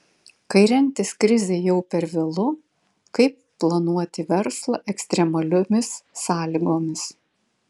kai rengtis krizei jau per vėlu kaip planuoti verslą ekstremaliomis sąlygomis